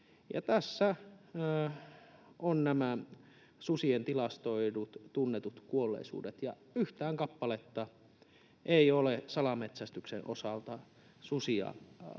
Tässä ovat nämä susien tilastoidut tunnetut kuolleisuudet, ja yhtään kappaletta ei ole salametsästyksen osalta susia